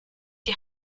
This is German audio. die